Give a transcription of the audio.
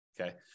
Okay